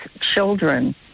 children